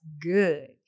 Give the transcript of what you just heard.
good